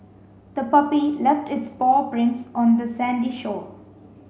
the puppy left its paw prints on the sandy shore